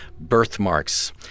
Birthmarks